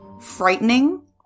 frightening